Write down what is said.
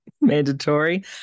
Mandatory